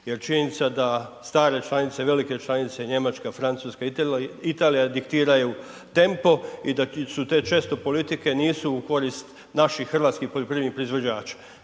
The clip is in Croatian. jer činjenica da stare članice, velike članice, Njemačka, Francuska, Italija diktiraju tempo i da su te često politike nisu u korist naših hrvatskih poljoprivrednih proizvođača.